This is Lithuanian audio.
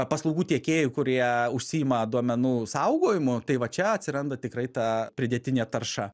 paslaugų tiekėjų kurie užsiima duomenų saugojimu tai va čia atsiranda tikrai ta pridėtinė tarša